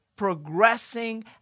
Progressing